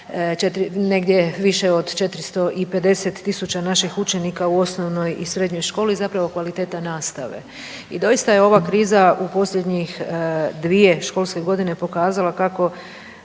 negdje više od 450.000 naših učenika u osnovnoj i srednjoj školi zapravo kvaliteta nastave. I doista je ova kriza u posljednjih 2 školske godine pokazala kako